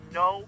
no